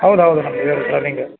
ಹೌದು ಹೌದು ನಮ್ದು ಇದೆ ಟ್ರಾವ್ಲಿಂಗು